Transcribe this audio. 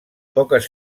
poques